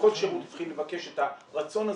כל שירות התחיל לבקש את הרצון הזה.